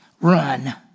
run